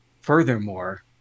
Furthermore